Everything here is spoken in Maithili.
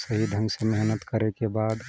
सही ढङ्ग से मेहनत करैके बाद